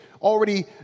already